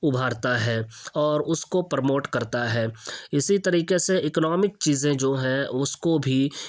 ابھارتا ہے اور اس کو پرموٹ کرتا ہے اسی طریقے سے اکنامک چیزیں جو ہیں اس کو بھی